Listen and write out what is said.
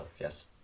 Yes